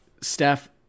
steph